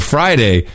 Friday